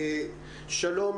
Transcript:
הבריאות, שלום,